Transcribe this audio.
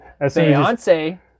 Beyonce